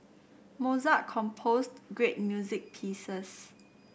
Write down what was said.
Mozart composed great music pieces